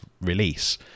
release